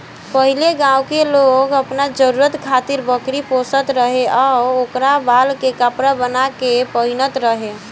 पहिले गांव के लोग आपन जरुरत खातिर बकरी पोसत रहे आ ओकरा बाल से कपड़ा बाना के पहिनत रहे